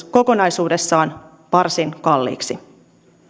kokonaisuudessaan varsin kalliiksi